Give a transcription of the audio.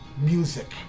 music